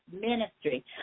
ministry